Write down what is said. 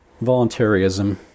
voluntarism